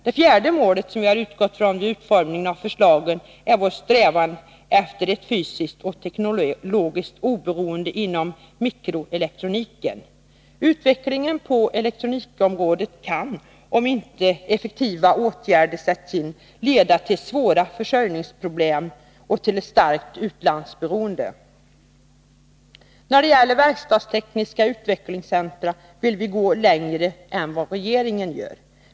Det fjärde målet som vi har utgått från vid utformningen av förslagen är ett fysiskt och teknologiskt oberoende inom mikroelektroniken. Utvecklingen på elektronikområdet kan, om inte effektiva åtgärder sätts in, leda till svåra försörjningsproblem och till ett starkt utlandsberoende. När det gäller verkstadstekniska utvecklingscentra vill vi gå längre än regeringen.